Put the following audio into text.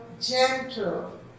gentle